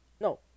No